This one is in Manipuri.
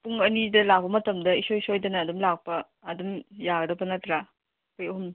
ꯄꯨꯡ ꯑꯅꯤꯗ ꯂꯥꯛꯄ ꯃꯇꯝꯗ ꯏꯁꯣꯏ ꯁꯣꯏꯗꯅ ꯑꯗꯨꯝ ꯂꯥꯛꯄ ꯑꯗꯨꯝ ꯌꯥꯒꯗꯕ ꯅꯠꯇ꯭ꯔꯥ ꯑꯩꯈꯣꯏ ꯑꯍꯨꯝ